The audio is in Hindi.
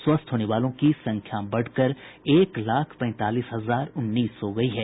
स्वस्थ होने वालों की संख्या बढ़कर एक लाख पैंतालीस हजार उन्नीस हो गयी है